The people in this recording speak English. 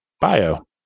bio